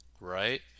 right